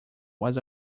was